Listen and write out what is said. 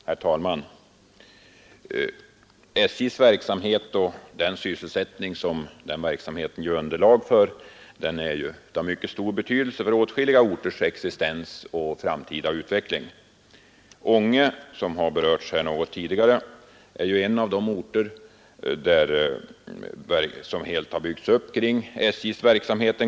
Herr talman! SJ:s verksamhet och den sysselsättning denna verksamhet ger underlag för är av mycket stor betydelse för åtskilliga orters existens och framtida utveckling. Ånge, som har berörts här något tidigare, är en av dessa orter och har en gång byggts upp kring SJ:s verksamhet.